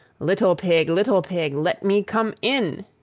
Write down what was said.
little pig, little pig, let me come in.